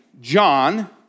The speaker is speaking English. John